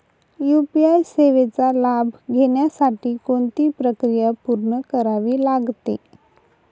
UPI सेवेचा लाभ घेण्यासाठी कोणती प्रक्रिया पूर्ण करावी लागते?